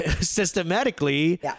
systematically